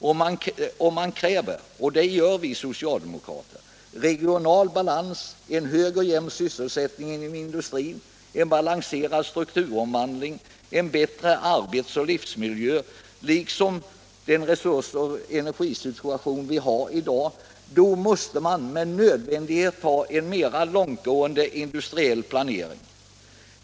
Om man kräver — och det gör vi socialdemokrater — regional balans, en hög och jämn sysselsättning inom industrin, en balanserad strukturomvandling, en bättre arbets och livsmiljö liksom den resurs och energisituation vi har i dag, då måste man med nödvändighet ha en mera långtgående industriell planering.